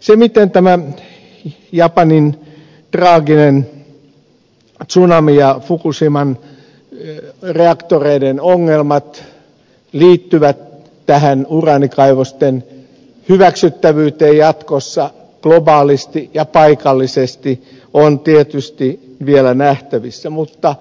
se miten tämä japanin traaginen tsunami ja fukushiman reaktoreiden ongelmat liittyvät tähän uraanikaivosten hyväksyttävyyteen jatkossa globaalisti ja paikallisesti on tietysti vielä nähtävissä mutta